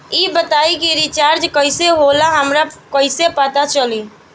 ई बताई कि रिचार्ज कइसे होला हमरा कइसे पता चली?